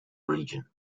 region